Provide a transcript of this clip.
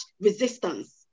resistance